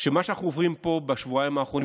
שמה שאנחנו עוברים פה בשבועיים האחרונים,